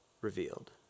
revealed